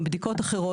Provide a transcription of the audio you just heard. עם בדיקות אחרות,